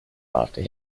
after